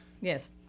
yes